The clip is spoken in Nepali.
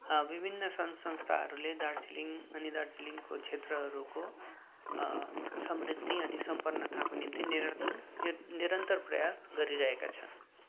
विभिन्न संघसंस्थाहरूले दार्जिलिङ अनि दार्जिलिङको क्षेत्रहरूको समृद्धि अनि सम्पन्नताको निम्ति निरर्थन निरन्तर प्रयास गरिरहेका छन्